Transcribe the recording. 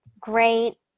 Great